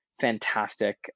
fantastic